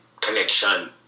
connection